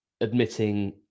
admitting